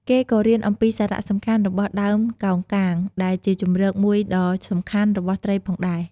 គេក៏រៀនអំំពីសារៈសំខាន់របស់ដើមកោងកាងដែលជាជម្រកមួយដ៏សំខាន់របស់ត្រីផងដែរ។